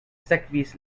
sekvis